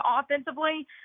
offensively